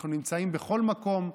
אנחנו נמצאים בכל מקום.